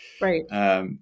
Right